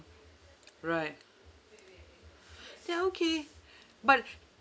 right they're okay but